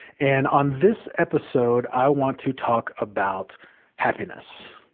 and on this episode, i want to talk about happiness.